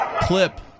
clip